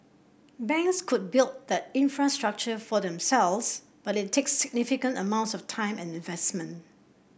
banks could build that infrastructure for themselves but it takes significant amounts of time and investment